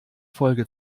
folge